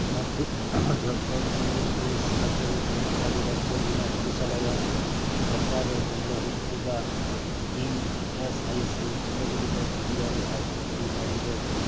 ମଧ୍ୟ ମଧ୍ୟପ୍ରଦେଶ ରାଜ୍ୟରେ କର୍ମଚାରୀ ରାଜ୍ୟ ବୀମା ଚିକିତ୍ସାଳୟ ପ୍ରକାର କେନ୍ଦ୍ର ହୋଇଥିବା ଇ ଏସ୍ ଆଇ ସି କେନ୍ଦ୍ରଗୁଡ଼ିକ ଖୋଜିବାରେ ସାହାଯ୍ୟ କରିପାରିବ କି